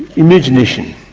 imagination,